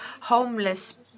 homeless